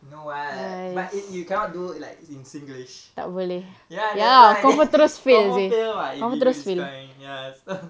you know what but it you cannot do like it's in singlish ya that's why then confirm fail [what] if you do this kind ya